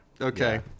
Okay